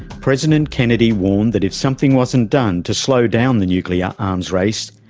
president kennedy warned that if something wasn't done to slow down the nuclear arms race,